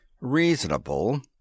Reasonable